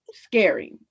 Scary